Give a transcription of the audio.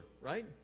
right